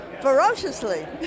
Ferociously